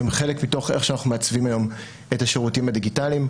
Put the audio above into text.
הם חלק מתוך איך שאנחנו מעצבים היום את השירותים הדיגיטליים.